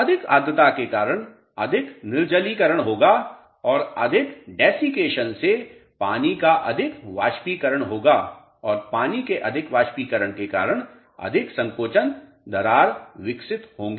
अधिक आर्द्रता के कारण अधिक निर्जलीकरण होगा और अधिक desiccation से पानी का अधिक वाष्पीकरण होगा और पानी के अधिक वाष्पीकरण के कारण अधिक संकोचन दरार विकसित होगी